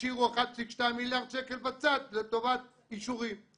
השאירו 1.2 מיליארד שקל בצד לטובת אישורים,